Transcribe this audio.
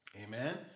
Amen